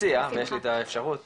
ויש לי את האפשרות